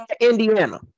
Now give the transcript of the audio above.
Indiana